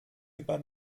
über